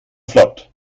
flott